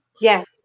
Yes